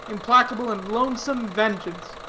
implacable, and lonesome vengeance.